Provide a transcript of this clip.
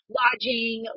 lodging